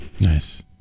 Nice